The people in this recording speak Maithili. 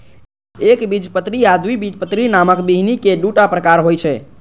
एकबीजपत्री आ द्विबीजपत्री नामक बीहनि के दूटा प्रकार होइ छै